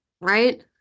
right